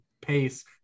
pace